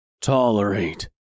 tolerate